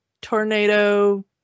tornado